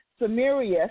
Samirius